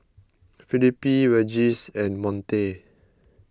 Felipe Regis and Monte